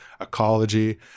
ecology